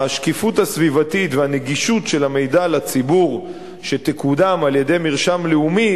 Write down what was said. השקיפות הסביבתית והנגישות של המידע לציבור שיקודמו על-ידי מרשם לאומי,